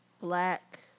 black